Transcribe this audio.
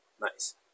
Nice